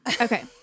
Okay